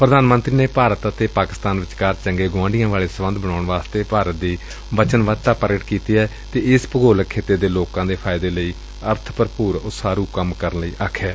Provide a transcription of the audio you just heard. ਪ੍ਰਧਾਨ ਮੰਤਰੀ ਨੇ ਭਾਰਤ ਅਤੇ ਪਾਕਿਸਤਾਨ ਵਿਚਕਾਰ ਚੰਗੇ ਗੁਆਂਢੀਆਂ ਵਾਲੇ ਸਬੰਧ ਬਣਾਉਣ ਵਾਸਤੇ ਭਾਰਤ ਦੀ ਵੱਚਨਬਧਤਾ ਪ੍ਰਗਟ ਕੀਤੀ ਏ ਅਤੇ ਇਸ ਭੂਗੋਲਿਕ ਖੇਤਰ ਦੇ ਲੋਕਾ ਦੇ ਫਾਇਦੇ ਲਈ ਅਰਥ ਭਰਪੁਰ ਤੇ ਉਸਾਰੁ ਕੰਮ ਕਰਨ ਲਈ ਕਿਹੈ